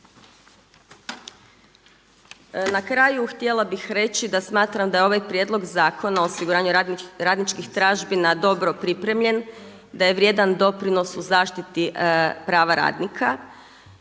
Na kraju htjela bih reći da smatram da je ovaj Prijedlog zakona o osiguranju radničkih tražbina dobro pripremljen, da je vrijedan doprinos u zaštiti prava radnika